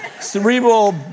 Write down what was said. cerebral